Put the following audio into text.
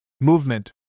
Movement